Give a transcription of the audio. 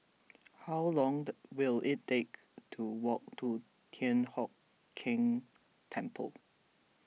how long the will it take to walk to Thian Hock Keng Temple